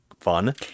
fun